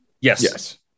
Yes